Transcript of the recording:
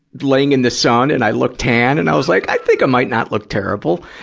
laying in the sun and i looked tan. and i was, like, i think i might not look terrible.